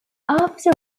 after